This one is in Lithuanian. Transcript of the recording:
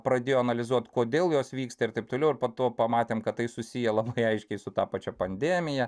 pradėjo analizuot kodėl jos vyksta ir taip toliau ir po to pamatėm kad tai susiję labai aiškiai su ta pačia pandemija